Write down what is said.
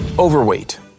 Overweight